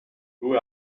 who